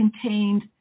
contained